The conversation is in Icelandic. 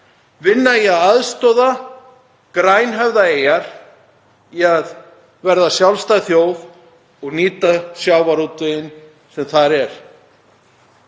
vinna við að aðstoða Grænhöfðaeyjar við að verða sjálfstæð þjóð og nýta sjávarútveginn sem þar er.